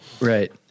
Right